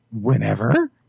Whenever